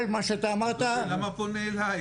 זה מה שאתה אמרת --- למה אתה פונה אליי?